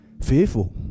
fearful